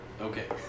Okay